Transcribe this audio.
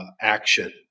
action